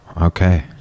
Okay